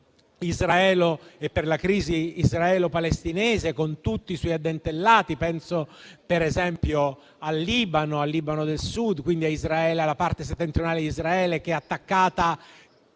per la crisi israelo-palestinese, con tutti i suoi addentellati. Penso, per esempio, al Libano del Sud, alla parte settentrionale di Israele, che è attaccata